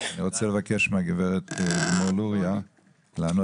אני רוצה לבקש מגב' לימור לוריא לענות